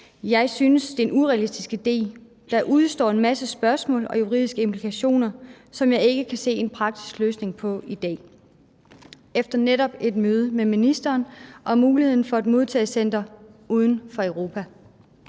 »Jeg synes, det er en urealistisk idé. Der udestår en masse spørgsmål og juridiske implikationer, som jeg ikke kan se en praktisk løsning på i dag«, efter netop et møde med ministeren om muligheden for et modtagecenter uden for Europa?